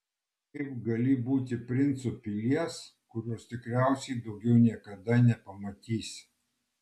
kaip gali būti princu pilies kurios tikriausiai daugiau niekada nepamatysi